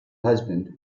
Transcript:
husband